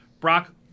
Brock